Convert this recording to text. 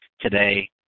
today